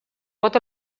pot